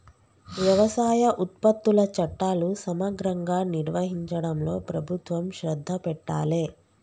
వ్యవసాయ ఉత్పత్తుల చట్టాలు సమగ్రంగా నిర్వహించడంలో ప్రభుత్వం శ్రద్ధ పెట్టాలె